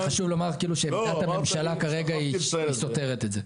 חשוב לומר שמבחינת הממשלה כרגע היא סותרת את זה.